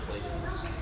places